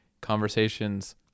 conversations